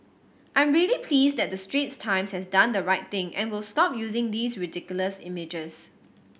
I'm really pleased that the Straits Times has done the right thing and will stop using these ridiculous images